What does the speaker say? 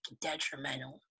detrimental